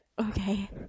Okay